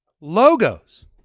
logos